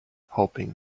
hoping